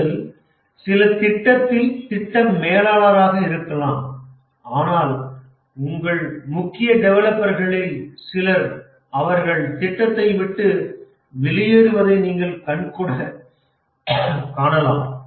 நீங்கள் சில திட்டத்தில் திட்ட மேலாளராக இருக்கலாம் ஆனால் உங்கள் முக்கிய டெவலப்பர்களில் சிலர் அவர்கள் திட்டத்தை விட்டு வெளியேறுவதை நீங்கள் கண் கூட காணலாம்